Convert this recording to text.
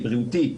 בריאותי,